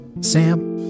Sam